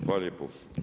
Hvala lijepo.